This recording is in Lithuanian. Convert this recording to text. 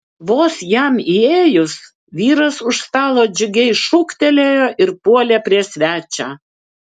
vos jam įėjus vyras už stalo džiugiai šūktelėjo ir puolė prie svečio